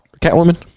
Catwoman